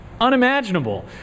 unimaginable